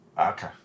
Okay